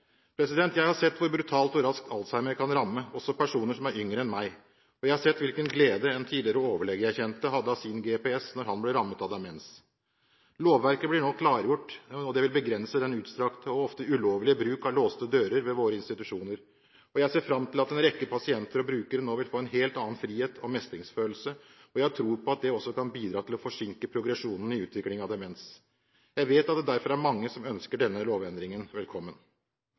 lidelser. Jeg har sett hvor brutalt og raskt Alzheimer kan ramme også personer som er yngre enn meg, og jeg har sett hvilken glede en tidligere overlege jeg kjente, hadde av sin GPS da han ble rammet av demens. Lovverket blir nå klargjort, og det vil begrense den utstrakte og ofte ulovlige bruk av låste dører ved våre institusjoner. Jeg ser fram til at en rekke pasienter og brukere nå vil få en helt annen frihet og mestringsfølelse, og jeg har tro på at det også kan bidra til å forsinke progresjonen i utvikling av demens. Jeg vet at det derfor er mange som ønsker denne lovendringen velkommen.